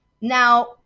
now